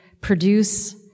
produce